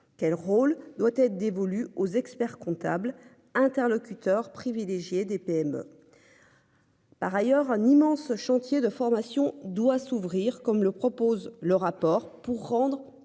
quel rôle doit être dévolu aux experts comptables interlocuteur privilégié des PME. Par ailleurs, un immense chantier de formation doit s'ouvrir comme le propose le rapport pour rendre